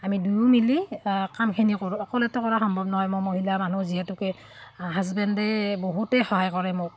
আমি দুয়ো মিলি কামখিনি কৰোঁ অকলেত কৰা সম্ভৱ নহয় মোৰ মহিলা মানুহ যিহেতুকে হাজবেণ্ডে বহুতেই সহায় কৰে মোক